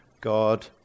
God